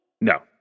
No